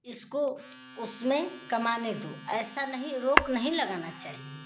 इसको उसमें कमाने दो ऐसा नहीं रोक नहीं लगानी चाहिए